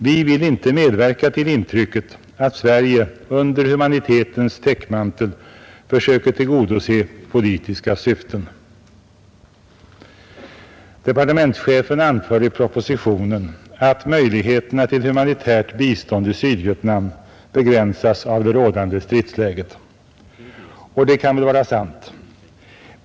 Vi vill inte medverka till intrycket att Sverige under humanitetens täckmantel försöker tillgodose politiska syften. Departementschefen anför i propositionen att möjligheterna till humanitärt bistånd till Sydvietnam begränsas av det rådande stridsläget, och det kan väl vara sant.